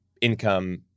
income